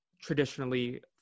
traditionally